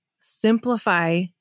simplify